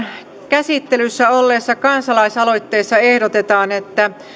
käsittelyssä olleessa kansalaisaloitteessa ehdotetaan että